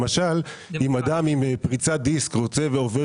למשל אם אדם עם פריצת דיסק רוצה ועובר